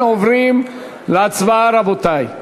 אנחנו עוברים להצבעה, רבותי.